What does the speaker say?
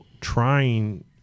trying